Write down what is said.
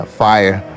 fire